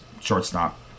shortstop